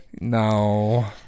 No